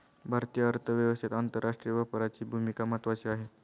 भारतीय अर्थव्यवस्थेत आंतरराष्ट्रीय व्यापाराची भूमिका महत्त्वाची आहे